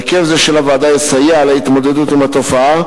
הרכב זה של הוועדה יסייע בהתמודדות עם התופעה,